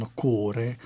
cuore